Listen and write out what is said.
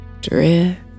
drift